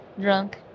drunk